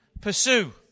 Pursue